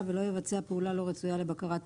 ולא יבצע פעולה לא רצויה לבקרת פליטה,